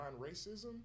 racism